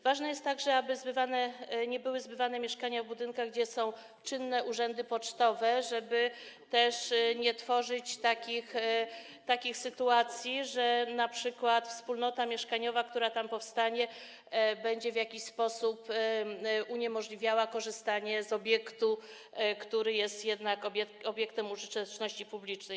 Ważne jest także, aby zbywane nie były mieszkania w budynkach, gdzie są czynne urzędy pocztowe, żeby nie tworzyć takich sytuacji, że np. wspólnota mieszkaniowa, która tam powstanie, będzie w jakiś sposób uniemożliwiała korzystanie z obiektu, który jest jednak obiektem użyteczności publicznej.